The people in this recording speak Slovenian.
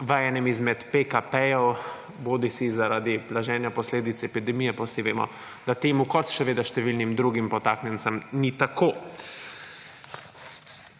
v enem izmed PKP-jev, bodisi zaradi blaženja posledic epidemije, pa vsi vemo, da temu kot še številnim drugim podtaknjencem ni tako.